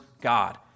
God